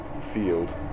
field